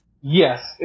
Yes